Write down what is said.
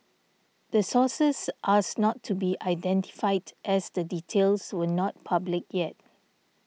the sources asked not to be identified as the details were not public yet